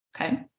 Okay